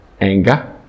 Anger